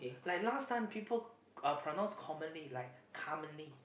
like last time people uh pronounce commonly like commonly